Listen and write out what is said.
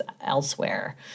elsewhere